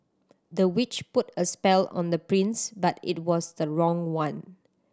the witch put a spell on the prince but it was the wrong one